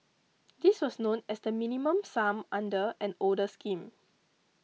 this was known as the Minimum Sum under an older scheme